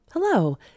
Hello